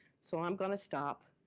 so i'm gonna stop.